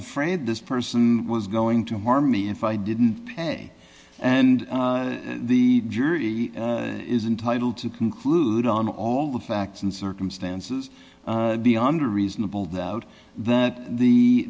afraid this person was going to harm me if i didn't pay and the jury is entitle to conclude on all the facts and circumstances beyond a reasonable doubt that the